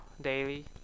daily